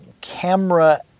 camera